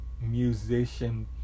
musician